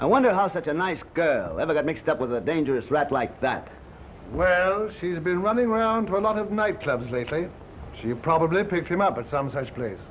i wonder how such a nice girl ever got mixed up with a dangerous rat like that well she's been running around for a lot of night clubs lately she'll probably pick him up or some such place